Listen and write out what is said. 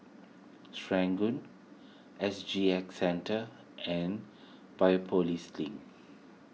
S G X Centre and Biopolis Link